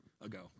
ago